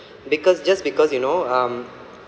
because just because you know um